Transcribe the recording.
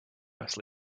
must